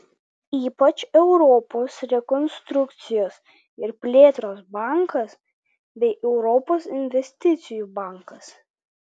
ypač europos rekonstrukcijos ir plėtros bankas bei europos investicijų bankas